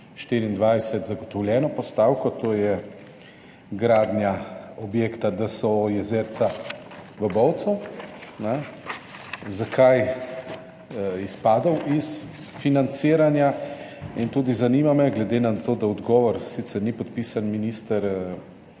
2024 zagotovljeno postavko, to je gradnja objekta DSO Jezerca v Bovcu: Zakaj je izpadel iz financiranja? Zanima me tudi glede na to, da – pod odgovor sicer ni podpisan minister